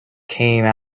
came